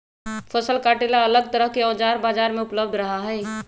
फसल काटे ला अलग तरह के औजार बाजार में उपलब्ध रहा हई